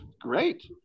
great